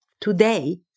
today